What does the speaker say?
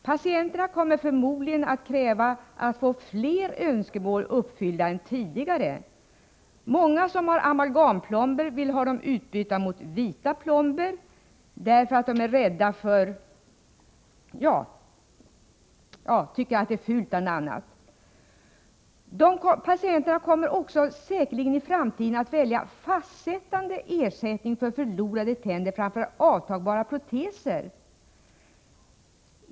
Patienterna kommer förmodligen att kräva att få fler önskemål uppfyllda än tidigare. Många som har amalgamplomber vill ha dem utbytta mot vita plomber, bl.a. därför att det tycker att de plomber de har är fula. Patienterna kommer säkerligen också i framtiden att välja fastsittande ersättning för förlorade tänder framför avtagbara proteser.